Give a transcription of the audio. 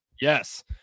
Yes